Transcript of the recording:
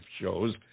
shows